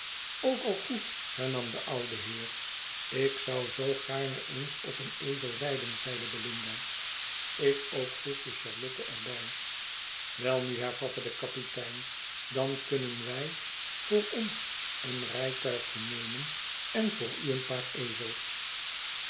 ook al goed hernam de oude heer ik zou zoo gaarne eens op een ezel rijden zeide belinda ik ook voegde charlotte er bij welnu hervatte de kapitein dan kunnen wij voor ons een rijtuigje nemen en voor u een paar ezels